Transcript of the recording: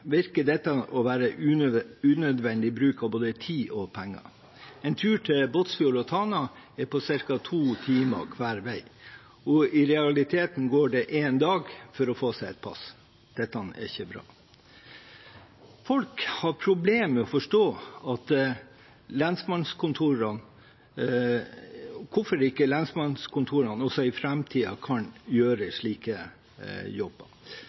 virker dette å være unødvendig bruk av både tid og penger. En tur til Båtsfjord og Tana er på ca. to timer hver vei, og i realiteten går det én dag for å få seg et pass. Dette er ikke bra. Folk har problemer med å forstå hvorfor ikke lensmannskontorene også i framtiden kan gjøre slike jobber.